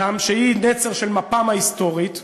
שהיא נצר של מפ"ם ההיסטורית,